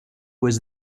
was